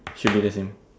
should be the same